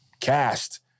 cast